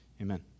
Amen